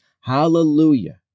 hallelujah